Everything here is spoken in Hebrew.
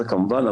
זה כמובן,